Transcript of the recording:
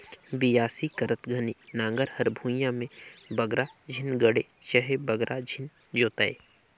बियासी करत घनी नांगर हर भुईया मे बगरा झिन गड़े चहे बगरा झिन जोताए